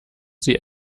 sie